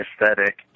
aesthetic